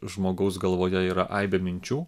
žmogaus galvoje yra aibė minčių